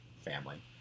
family